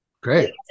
Great